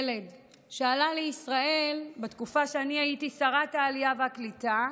ילד שעלה לישראל בתקופה שאני הייתי שרת העלייה והקליטה,